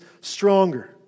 stronger